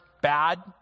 bad